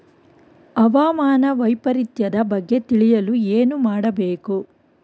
ಹವಾಮಾನ ವೈಪರಿತ್ಯದ ಬಗ್ಗೆ ತಿಳಿಯಲು ಏನು ಮಾಡಬೇಕು?